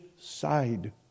side